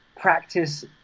practice